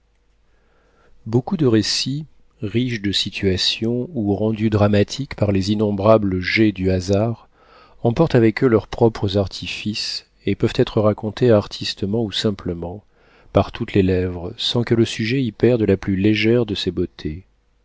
beaucoup de récits riches de situations ou rendus dramatiques par les innombrables jets du hasard emportent avec eux leurs propres artifices et peuvent être racontés artistement ou simplement par toutes les lèvres sans que le sujet y perde la plus légère de ses beautés